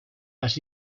las